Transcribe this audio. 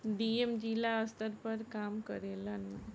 DM जिला स्तर पर काम करेलन